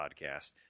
podcast